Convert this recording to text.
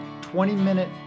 20-minute